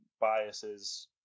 biases